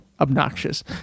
obnoxious